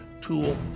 tool